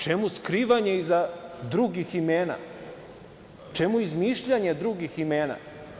Čemu skrivanje iza drugih imena, čemu izmišljanje drugih imena?